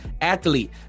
athlete